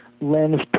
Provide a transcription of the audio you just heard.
lens